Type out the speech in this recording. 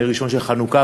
נר ראשון של חנוכה,